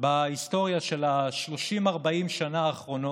בהיסטוריה של 30, 40 השנים האחרונות,